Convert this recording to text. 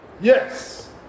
Yes